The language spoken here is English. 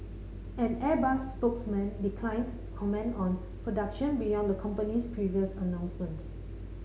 an Airbus spokesman declined comment on production beyond the company's previous announcements